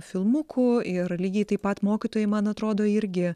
filmukų ir lygiai taip pat mokytojai man atrodo irgi